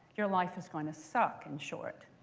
your life is going to suck, in short.